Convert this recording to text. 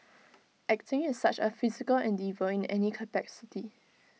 acting is such A physical endeavour in any capacity